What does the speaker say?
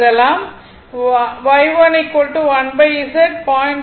Y1 1 z 0